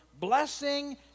blessing